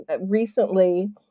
recently